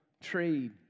trade